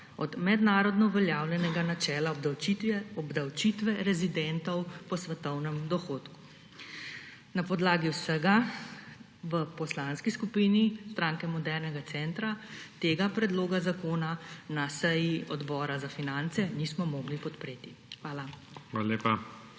od mednarodno uveljavljenega načela obdavčitve rezidentov po svetovnem dohodku. Na podlagi vsega v Poslanski skupini Stranke modernega centra tega predloga zakona na seji Odbora za finance nismo mogli podpreti. Hvala.